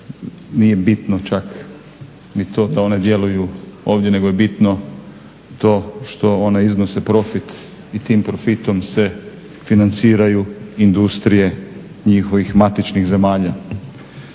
nije bitno čak ni to da one djeluju ovdje, nego je bitno to što one iznose profit i tim profitom se financiraju industrije njihovih matičnih zemalja.